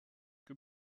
que